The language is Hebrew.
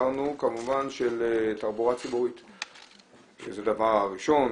אמרנו שכמובן תחבורה ציבורית זה דבר ראשון,